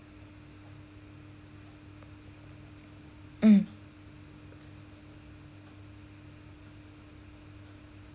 um